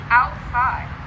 outside